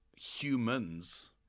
humans